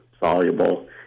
soluble